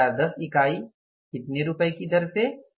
1010 इकाई कितने रुपये की दर से